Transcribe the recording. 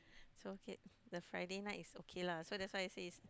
so okay the Friday night is okay lah so that's why I say is